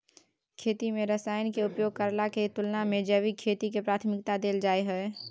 खेती में रसायन के उपयोग करला के तुलना में जैविक खेती के प्राथमिकता दैल जाय हय